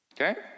okay